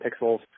pixels